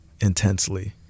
intensely